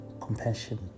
compassion